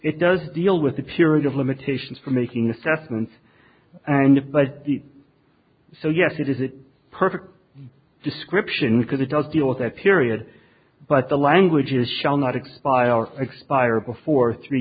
it does deal with the period of limitations for making assessments and but so yes it is a perfect description because it does deal with that period but the language is shall not expire or expire before three